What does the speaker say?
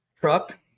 Truck